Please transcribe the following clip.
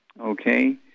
okay